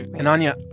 and, anya,